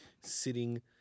sitting